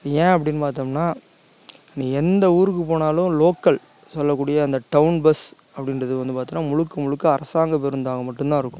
ஏன் அப்படின்னு பார்த்தோம்னா நீ எந்த ஊருக்கு போனாலும் லோக்கல் சொல்லக்கூடிய அந்த டவுன் பஸ் அப்படின்றது வந்து பாத்தோம்னா முழுக்க முழுக்க அரசாங்க பேருந்தாக மட்டும்தான் இருக்கும்